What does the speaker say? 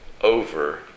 over